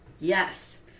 Yes